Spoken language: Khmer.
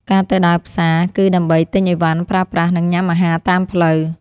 ការទៅដើរផ្សារ គឺដើម្បីទិញឥវ៉ាន់ប្រើប្រាស់ និងញ៉ាំអាហារតាមផ្លូវ។